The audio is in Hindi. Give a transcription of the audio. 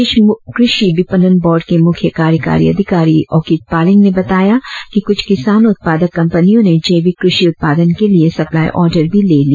प्रदेश कृषि विपणन बोर्ड के मुख्य कार्यकारी अधिकारी ओकीट पालेंग ने बताया कि कुछ किसान उत्पादक कंपनियों ने जैविक कृषि उत्पादन के लिए सप्लाई ओर्डर भी ले लिए